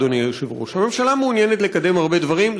אדוני היושב-ראש: הממשלה מעוניינת לקדם הרבה דברים,